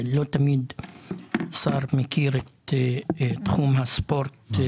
לא תמיד שר מכיר את תחום הספורט.